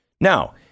Now